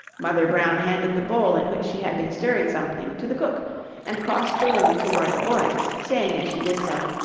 mother brown handed the bowl in which she had been stirring something to the cook and crossed the room toward the boys, saying as she did so